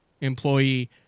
employee